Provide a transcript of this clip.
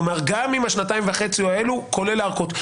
כלומר, גם עם השנתיים וחצי האלה, כולל הארכות.